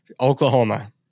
Oklahoma